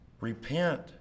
repent